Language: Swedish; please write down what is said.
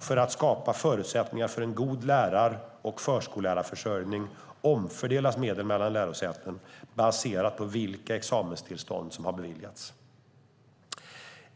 För att skapa förutsättningar för en god lärar och förskollärarförsörjning omfördelas medel mellan lärosäten baserat på vilka examenstillstånd som har beviljats.